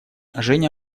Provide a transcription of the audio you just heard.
женя